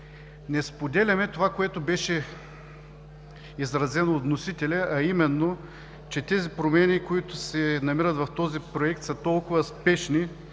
Не споделяме това, което беше изразено от вносителя, а именно, че тези промени, които се намират в този Проект, са толкова спешни,